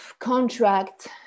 contract